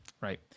right